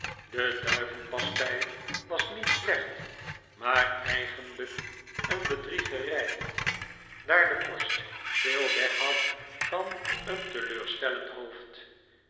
de duivenpastei was niet slecht maar eigenlijk een bedriegerij daar de korst veel weg had van een teleurstellend hoofd